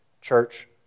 Church